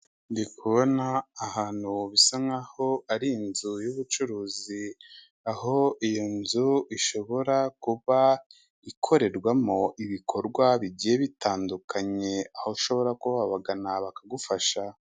Ndi kubona ahantu bisa nk'aho ari inzu y'ubucuruzi aho iyo nzu ishobora kuba ikorerwamo ibikorwa bigiye bitandukanye aho ushobora kuba wagana bakagufasha.